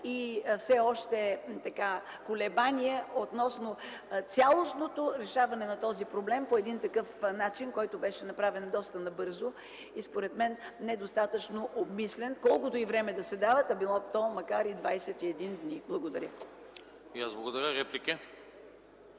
и все още колебания относно цялостното решаване на този проблем по един такъв начин, който беше направен доста набързо и според мен недостатъчно обмислен, колкото и време да се дава между двете четения, па макар и 21 дни. Благодаря. ПРЕДСЕДАТЕЛ АНАСТАС